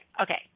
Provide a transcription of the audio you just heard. okay